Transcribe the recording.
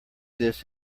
this